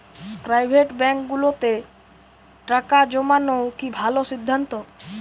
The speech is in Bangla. প্রাইভেট ব্যাংকগুলোতে টাকা জমানো কি ভালো সিদ্ধান্ত?